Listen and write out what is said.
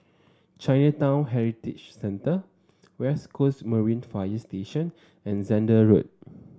Chinatown Heritage Centre West Coast Marine Fire Station and Zehnder Road